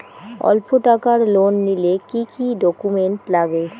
অল্প টাকার লোন নিলে কি কি ডকুমেন্ট লাগে?